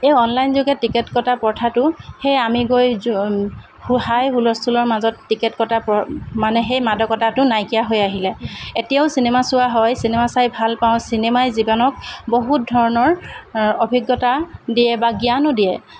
এই অনলাইনযোগে টিকেট কটা প্ৰথাটো সেই আমি গৈ যোন হাই হূলস্থূলৰ মাজত টিকেট কটাৰ মানে সেই মাদকতাটো নাইকিয়া হৈ আহিলে এতিয়াও চিনেমা চোৱা হয় চিনেমা চাই ভাল পাওঁ চিনেমা জীৱনক বহুত ধৰণৰ অভিজ্ঞতা দিয়ে বা জ্ঞানো দিয়ে